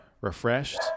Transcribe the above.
refreshed